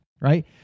right